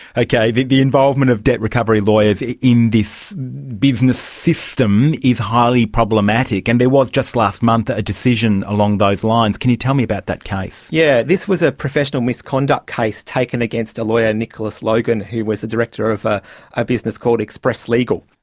okay, the the involvement of debt recovery lawyers in this business system is highly problematic, and there was just last month a a decision along those lines. can you tell me about that case? yes, yeah this was a professional misconduct case taken against a lawyer nicholas logan who was the director of a ah business called express legal.